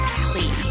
Kelly